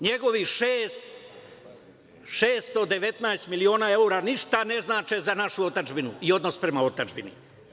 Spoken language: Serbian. Njegovih 619 miliona evra ništa ne znače za našu otadžbinu i odnos prema otadžbini.